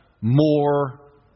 more